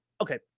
Okay